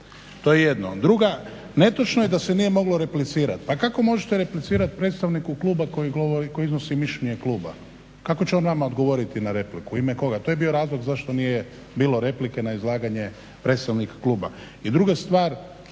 To je jedno. Druga, netočno je da se nije moglo replicirati. Pa kako možete replicirati predstavniku kluba koji iznosi mišljenje kluba, kako će on nama odgovoriti na repliku, u ime koga? To je bio razlog zašto nije bilo replike na izlaganje predstavnika kluba. I druga stvar